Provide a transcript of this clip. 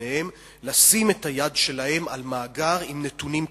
למיניהם לשים את היד שלהם על מאגר עם נתונים כאלה.